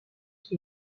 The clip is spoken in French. qui